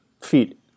feet